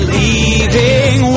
leaving